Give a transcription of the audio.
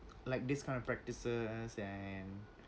like this kind of practices and